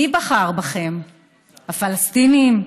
מי בחר בכם, הפלסטינים?